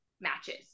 matches